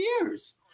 years